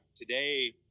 Today